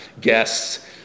guests